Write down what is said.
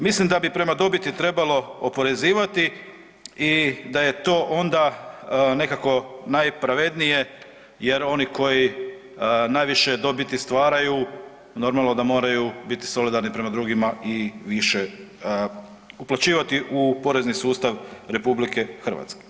Mislim da bi prema dobiti trebalo oporezivati i da je to onda nekako najpravednije jer oni koji najviše dobiti stvaraju, normalno da moraju biti solidarni prema drugima i više uplaćivati u porezni sustav RH.